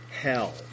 hell